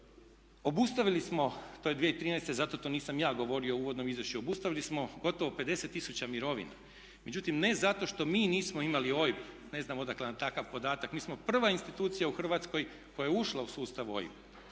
obustavili smo, to je 2013.zato to nisam ja govorio u uvodnom izvješću, obustavili smo gotovo 50 tisuća mirovina. Međutim ne zato što mi nismo imali OIB, ne znam odakle vam takav podatak, mi smo prva institucija u Hrvatskoj koja je ušla u sustav OIB-a